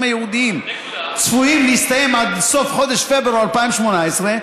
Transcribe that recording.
הייעודיים צפויים להסתיים עד סוף חודש פברואר 2018,